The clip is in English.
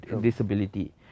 disability